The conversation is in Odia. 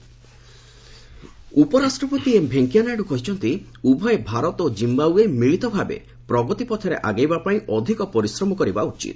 ଭିପି ଜିମ୍ବାଓ୍ବେ ଉପରାଷ୍ଟ୍ରପତି ଏମ୍ ଭେଙ୍କିୟା ନାଇଡୁ କହିଛନ୍ତି ଉଭୟ ଭାରତ ଓ ଜିୟାଓ୍ୱେ ମିଳିତ ଭାବେ ପ୍ରଗତି ପଥରେ ଆଗେଇବାପାଇଁ ଅଧିକ ପରିଶ୍ରମ କରିବା ଉଚିତ